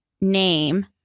name